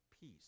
peace